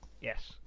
Yes